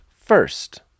first